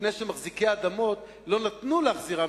מפני שמחזיקי האדמות לא נתנו להחזירן